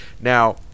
now